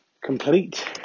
complete